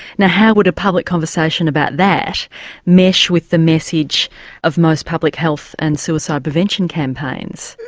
now how would a public conversation about that mesh with the message of most public health and suicide prevention campaigns?